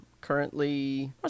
currently